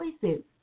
choices